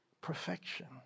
perfection